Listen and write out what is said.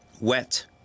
Wet